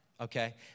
Okay